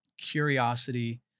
curiosity